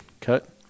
Cut